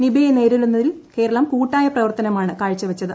നിപയെ നേരിടുന്നതിൽ കേരളം കൂട്ടായ പ്രവർത്തനമാണ് കാഴ്ചവച്ചത്